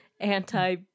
Anti-